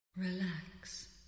Relax